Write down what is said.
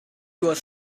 was